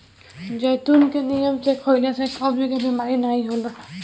जैतून के नियम से खइला से कब्ज के बेमारी नाइ होला